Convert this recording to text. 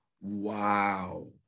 Wow